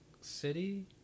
City